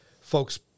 folks